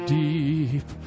deep